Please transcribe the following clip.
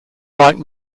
like